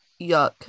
yuck